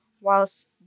whilst